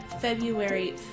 February